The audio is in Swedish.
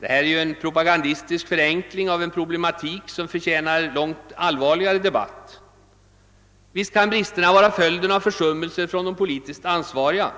Det är en propagandistisk förenkling av en problematik som förtjänar en långt allvarligare debatt. Visst kan bristerna vara följden av försummelser från de politiskt ansvariga.